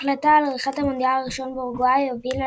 ההחלטה על עריכת המונדיאל הראשון באורוגוואי הובילה